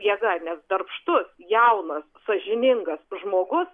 jėga nes darbštus jaunas sąžiningas žmogus